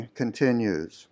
continues